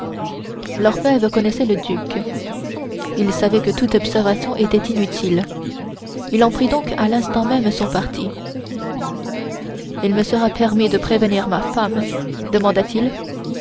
apporter l'orfèvre connaissait le duc il savait que toute observation était inutile il en prit donc à l'instant même son parti il me sera permis de prévenir ma femme demanda-t-il